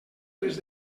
les